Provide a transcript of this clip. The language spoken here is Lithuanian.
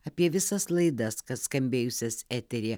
apie visas laidas kas skambėjusias eteryje